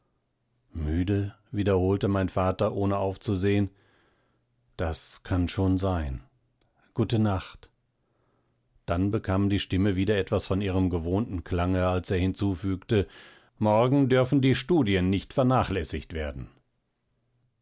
müde wiederholte mein vater ohne aufzusehen das kann schon sein gute nacht dann bekam die stimme wieder etwas von ihrem gewohnten klange als er hinzufügte morgen dürfen die studien nicht vernachlässigt werden